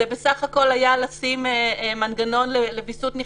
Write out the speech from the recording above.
זה בסך-הכול היה לשים מנגנון לוויסות נכנסים,